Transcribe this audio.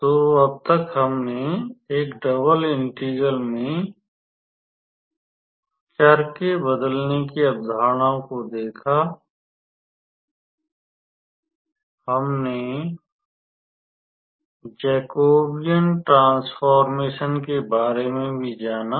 तो अब तक हमने एक डबल इंटीग्रल में चर बदलने की अवधारणाओं को देखा हमने जैकोबियन ट्रांस्फ़ोर्मेशन के बारे में भी जाना